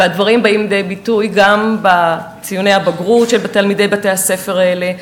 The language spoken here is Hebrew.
והדברים באים לידי ביטוי גם בציוני הבגרות של תלמידי בתי-הספר האלה,